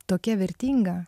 tokia vertinga